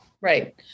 Right